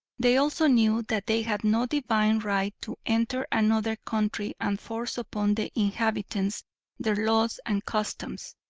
they also knew that they had no divine right to enter another country and force upon the inhabitants their laws and customs.